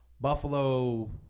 Buffalo